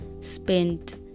spent